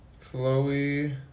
Chloe